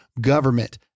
government